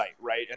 right